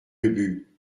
ubu